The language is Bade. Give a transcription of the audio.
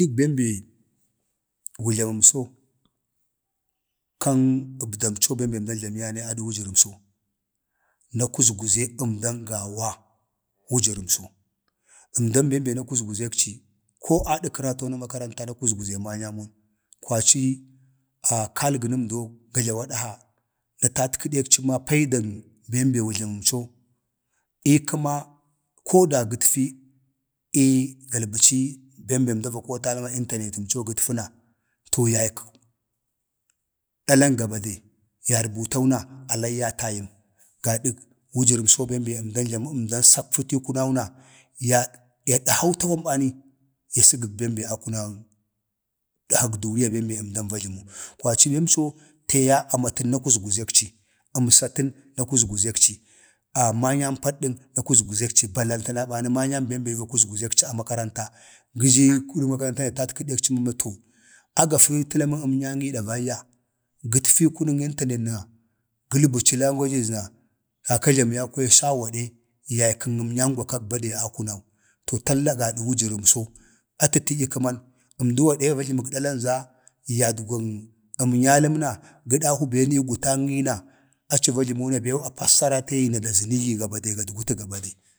﻿kan əbdamco bem be əmdan jlamiyane ada wujərəmso, na kuzguze əmdan wujərəmso, na kuzguze əmdan gawa wujəramso. əmdan bem be na kuzguzekci, ko adə karaton a makaranta, na kuzguze manyamon kwaci ii kalgənəmdo g jlawadha na tadkəədəkci ma paidan bem be wu jləməmco ii kəma, ko da gatfi ii galbaci bem be əmda va kootala ma internetənco, gətfa na to yaykak dalan gabade yarbutau na alaiyyatayəm gada wujərəmso bem be əmdan jlamu əmdan sakfətu ii kunau na yadəhau tawan bani ya səgək bem be akunən ədhakak duniya bem be əmdan va jlamu. kwaci ləmso amatən tee ya ye na kuzguzekci manyaan paddən na kuzguzekci balle bani təna manyaan bem be na kuzguzekci a makaranta, ga jii makaranta na ya tatkədəkci ma to agafa tə lamən əmnyanyi davaiyya. gatfi kunən internet na, gəlbəcu languages na a sawgade, yaykən əmnyan gwa kag bade a kunau, to talla gada wujərəmso, atə kak tadya kəman, əmdu gade va jləmək dalan za yadgwan əmnyalam na gə dahwu ben ii gutanyi na aci va jləmu na bew a passarate gi da zənəgi gabade gadtu ga bade,